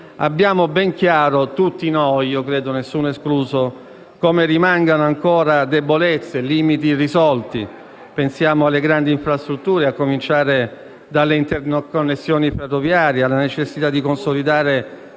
abbiamo ben chiaro come rimangano ancora debolezze e limiti irrisolti: pensiamo alle grandi infrastrutture, a cominciare dalle interconnessioni ferroviarie, alla necessità di consolidare